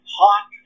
hot